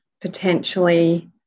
potentially